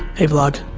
hey vlog.